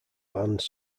bands